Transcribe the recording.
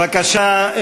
בבקשה,